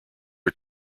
are